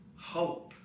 hope